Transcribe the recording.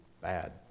bad